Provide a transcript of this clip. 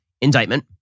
indictment